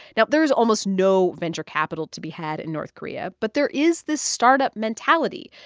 now, there's almost no venture capital to be had in north korea, but there is this start-up mentality.